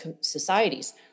societies